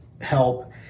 help